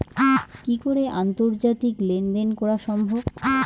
কি করে আন্তর্জাতিক লেনদেন করা সম্ভব?